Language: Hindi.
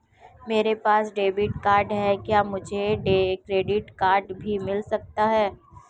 मेरे पास डेबिट कार्ड है क्या मुझे क्रेडिट कार्ड भी मिल सकता है?